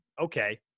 okay